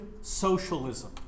Socialism